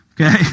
Okay